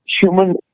human